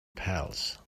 pals